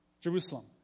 Jerusalem